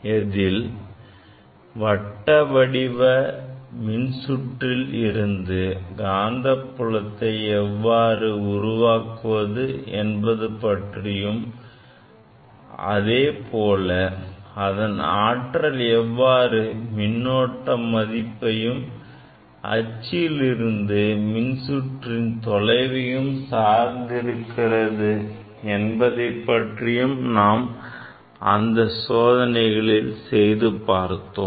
அதில் வட்ட வடிவ மின்சுற்றில் இருந்து காந்தப்புலத்தை எவ்வாறு உருவாக்குவது என்பது பற்றியும் அதேபோல் அதன் ஆற்றல் எவ்வாறு மின்னோட்ட மதிப்பையும் அச்சிலிருந்து மின் சுருளின் தொலைவையும் சார்ந்திருக்கிறது என்பது பற்றியும் நாம் அந்த சோதனையில் பார்த்தோம்